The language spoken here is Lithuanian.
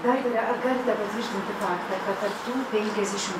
daktare ar galite patvirtinti faktą kad tarp tų penkiasdešimt